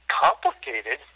complicated